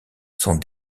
sont